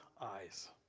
eyes